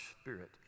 spirit